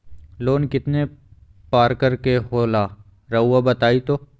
Loan कितने पारकर के होला रऊआ बताई तो?